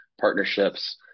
partnerships